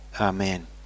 Amen